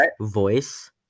voice